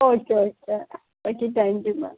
okay okay okay thank you ma'am